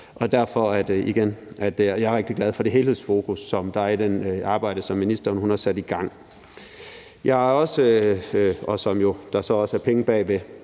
os for øje. Jeg er rigtig glad for det helhedsfokus, der er i det arbejde, som ministeren har sat i gang, og som der også er penge bag ved.